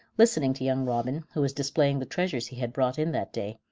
listening to young robin, who was displaying the treasures he had brought in that day,